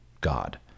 God